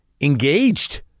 engaged